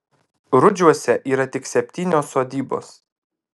rudžiuose yra tik septynios sodybos